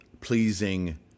pleasing